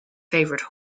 favorite